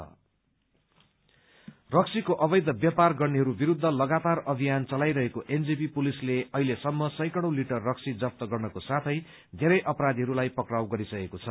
liquor रक्सीको अवैध व्यापार गर्नेहरू विरूद्ध लगातार अभियान चलाइरहेको एनजेपी पुलिसले अहिलेसम्म सैकड़ौं लिटर रक्सी जफ्त गर्नको साथै बेरै अपराधीहरूलाई पक्राउ गरिसकेको छ